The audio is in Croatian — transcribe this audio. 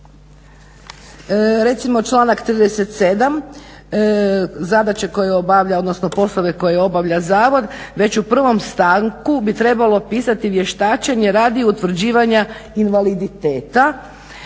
odnosno poslove koje obavlja zavod već u prvom stavku bi trebalo pisati vještačenje radi utvrđivanja invaliditeta